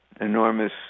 enormous